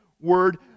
word